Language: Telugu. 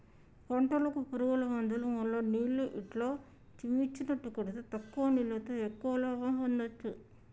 పంటలకు పురుగుల మందులు మల్ల నీళ్లు ఇట్లా చిమ్మిచినట్టు కొడితే తక్కువ నీళ్లతో ఎక్కువ లాభం పొందొచ్చు